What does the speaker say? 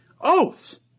Oaths